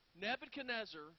Nebuchadnezzar